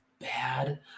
bad